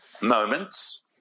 moments